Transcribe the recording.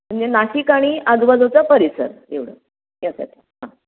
म्हणजे नाशिक आणि आजूबाजूचा परिसर एवढं यासाठी हां